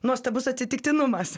nuostabus atsitiktinumas